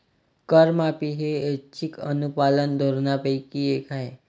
करमाफी ही ऐच्छिक अनुपालन धोरणांपैकी एक आहे